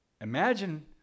Imagine